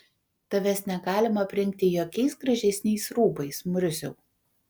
tavęs negalima aprengti jokiais gražesniais rūbais murziau